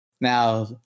Now